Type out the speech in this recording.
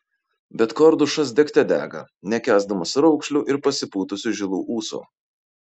bet kordušas degte dega nekęsdamas raukšlių ir pasipūtusių žilų ūsų